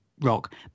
rock